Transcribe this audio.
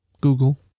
google